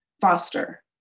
foster